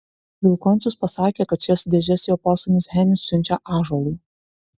vilkončius pasakė kad šias dėžes jo posūnis henius siunčia ąžuolui